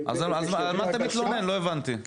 אז מה חסר לכם בעצם בבית החולים בשביל שתוכלו לטפל בדרך הזאת?